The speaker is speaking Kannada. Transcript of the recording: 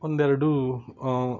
ಒಂದೆರಡು